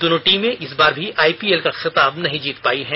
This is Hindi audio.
दोनों टीमें एक बार भी आइपीएल का खिताब नहीं जीत पाई हैं